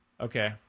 Okay